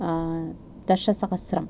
दशसहस्रं